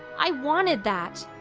i wanted that.